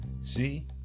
see